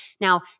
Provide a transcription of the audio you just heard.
Now